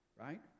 right